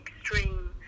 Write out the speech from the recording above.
extreme